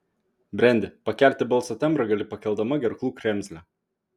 brendi pakelti balso tembrą gali pakeldama gerklų kremzlę